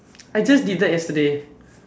I just did that yesterday